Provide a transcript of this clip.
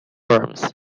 arms